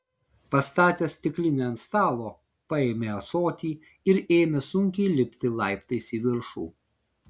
pastatęs stiklinę ant stalo paėmė ąsotį ir ėmė sunkiai lipti laiptais į viršų